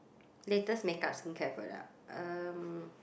latest makeup skincare product um